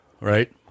right